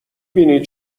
بینی